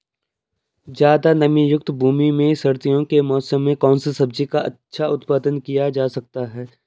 ज़्यादा नमीयुक्त भूमि में सर्दियों के मौसम में कौन सी सब्जी का अच्छा उत्पादन किया जा सकता है?